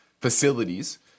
facilities